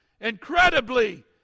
incredibly